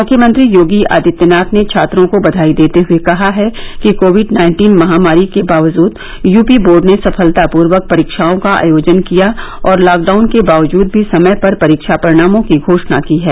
मुख्यमंत्री योगी आदित्यनाथ ने छात्रों को बधाई देते हुए कहा है कि कोविड नाइन्टीन महामारी के बावजूद यूपी बोर्ड ने सफलतापूर्वक परीक्षाओं का आयोजन किया और लॉकडाउन के बावजूद भी समय पर परीक्षा परिणामों की घोषणा की है